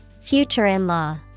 Future-in-law